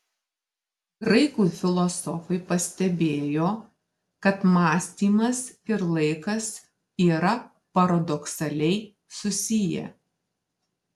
graikų filosofai pastebėjo kad mąstymas ir laikas yra paradoksaliai susiję